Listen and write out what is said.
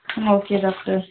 ம் okay doctor